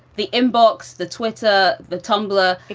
the inbox, the twitter, the tumblr,